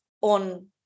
on